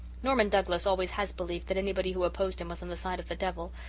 norman douglas always has believed that anybody who opposed him was on the side of the devil,